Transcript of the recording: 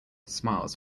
smiles